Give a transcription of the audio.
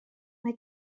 mae